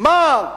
מה,